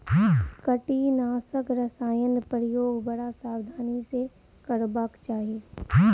कीटनाशक रसायनक प्रयोग बड़ सावधानी सॅ करबाक चाही